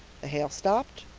the hail stopped,